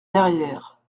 derrière